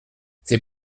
c’est